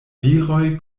viroj